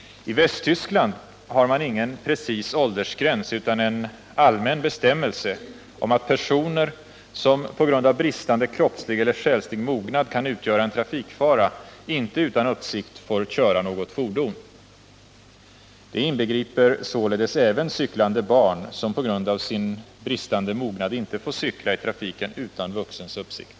I Västtyskland har man ingen exakt åldersgräns utan en allmän bestämmelse om att personer som på grund av bristande kroppslig eller själslig mognad kan utgöra en trafikfara inte utan uppsikt får köra något fordon. Det inbegriper således även cyklande barn, som på grund av sin bristande mognad inte får cykla i trafiken utan vuxens uppsikt.